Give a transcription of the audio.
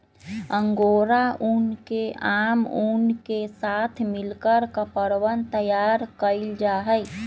angora ऊन के आम ऊन के साथ मिलकर कपड़वन तैयार कइल जाहई